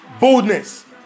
boldness